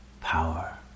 power